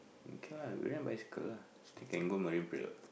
okay what rent bicycle lah still can go Marine-Parade what